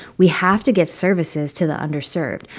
we have to get services to the underserved.